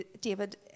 David